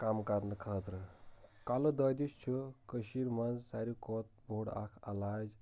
کَم کرنہٕ خٲطرٕ کَلہٕ دٲدِس چھ کٔشیٖرۍ منٛز سارِوٕے کھۄتہٕ بوٚڑ اَکھ عٮ۪لاج